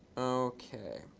ok.